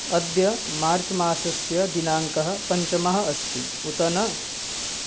अद्य मार्च् मासस्य दिनाङ्कः पञ्चमः अस्ति उत न